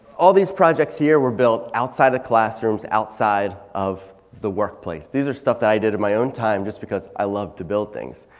all these projects here were built outside of classrooms and outside of the workplace. these are stuff that i did on my own time just because i love to build things.